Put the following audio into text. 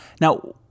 Now